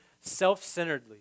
self-centeredly